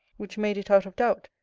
which made it out of doubt,